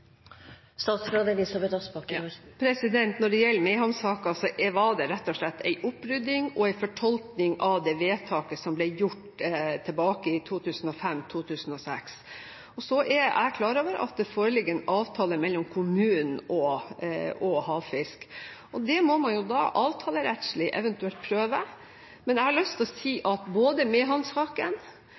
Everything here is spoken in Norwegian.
Når det gjelder Mehamn-saken, var det rett og slett en opprydning og en fortolkning av det vedtaket som ble gjort i 2005/2006. Så er jeg klar over at det foreligger en avtale mellom kommunen og Havfisk. Det må man jo da avtalerettslig eventuelt prøve, men jeg har lyst til å si at både